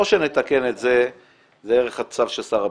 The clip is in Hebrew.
או שנתקן את זה דרך הצו של שר הביטחון,